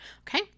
okay